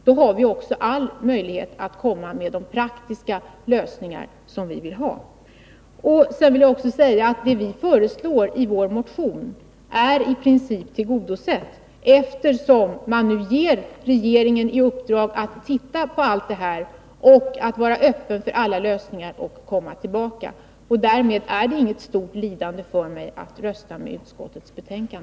Då har vi också all möjlighet att få de praktiska lösningar som vi vill ha. Vad vi föreslår i vår motion är i princip tillgodosett, eftersom man nu ger regeringen i uppdrag att se på allt detta, vara öppen för alla lösningar och komma tillbaka. Därmed är det inget stort lidande för mig att rösta med utskottets hemställan.